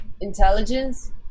intelligence